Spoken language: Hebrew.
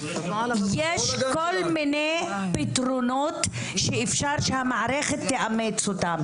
יש כל מיני פתרונות שאפשר שהמערכת תאמץ אותם.